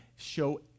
show